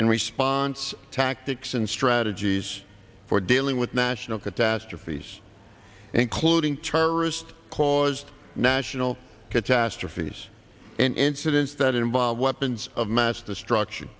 in response to actiq since strategies for dealing with national catastrophes including terrorist caused national catastrophes and incidents that involve weapons of mass destruction